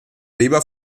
weber